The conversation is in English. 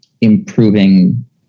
improving